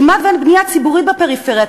כמעט אין בנייה ציבורית בפריפריה.